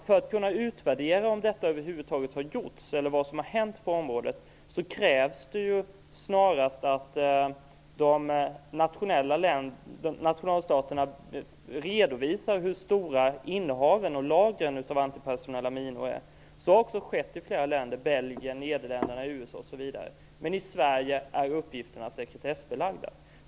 För att kunna utvärdera om detta över huvud taget har gjorts, eller vad som har hänt på området, krävs det snarast att staterna redovisar hur stora innehaven och lagren av antipersonella minor är. Så har också skett i flera länder - Belgien, Nederländerna, USA, osv. Men i Sverige är uppgifterna sekretessbelagda.